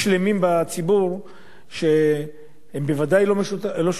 שהם בוודאי לא שותפים למעשים הנפשעים האלה.